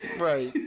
Right